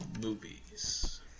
movies